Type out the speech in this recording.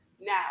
Now